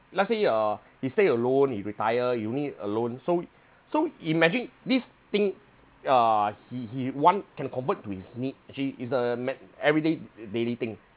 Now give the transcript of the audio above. let's say uh you stay alone you retire you only alone so so imagine this thing uh he he want can convert to his need actually is a men everyday daily thing